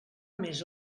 més